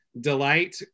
Delight